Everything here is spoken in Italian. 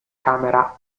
camera